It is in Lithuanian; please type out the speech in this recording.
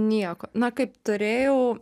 nieko na kaip turėjau